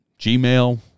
Gmail